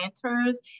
planters